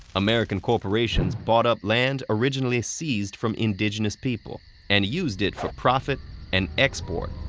american corporations bought up land originally seized from indigenous people and used it for profit and export,